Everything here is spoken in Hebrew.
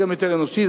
זה גם יותר אנושי,